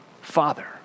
Father